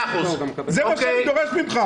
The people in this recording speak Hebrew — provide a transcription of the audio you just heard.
וזה מה שאני דורש ממך.